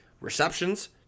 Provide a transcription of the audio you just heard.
receptions